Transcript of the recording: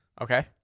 Okay